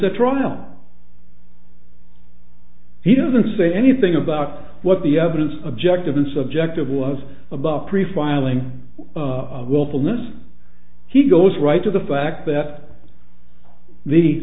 at trial he doesn't say anything about what the evidence objective and subjective was about pre filing willfulness he goes right to the fact that the